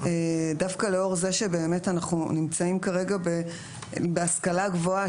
דווקא לאור זה שבאמת אנחנו נמצאים כרגע בהשכלה הגבוהה,